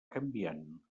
canviant